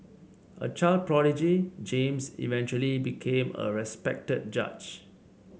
a child prodigy James eventually became a respected judge